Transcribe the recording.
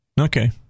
Okay